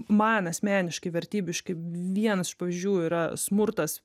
man asmeniškai vertybiškai vienas iš pavyzdžių yra smurtas